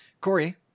Corey